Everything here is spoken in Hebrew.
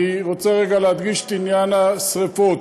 אני רוצה רגע להדגיש את עניין השרפות,